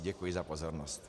Děkuji za pozornost.